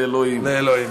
לאלוהים.